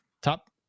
Top